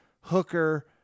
Hooker